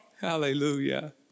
Hallelujah